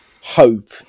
hope